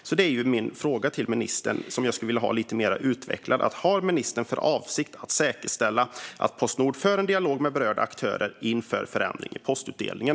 Jag skulle gärna vilja att ministern utvecklade svaret på min fråga lite grann: Har ministern för avsikt att säkerställa att Postnord för en dialog med berörda aktörer inför en förändring i postutdelningen?